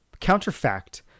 Counterfact